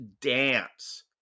Dance